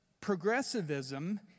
progressivism